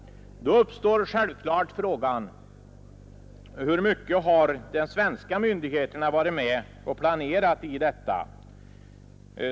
Då ställer man sig självklart frågan hur mycket de svenska myndigheterna varit med vid planeringen av dessa projekt.